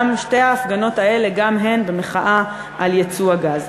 שתי ההפגנות האלה היו גם הן במחאה על ייצוא הגז.